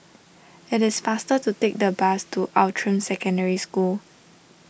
it is faster to take the bus to Outram Secondary School